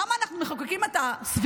למה אנחנו מחוקקים את הסבירות,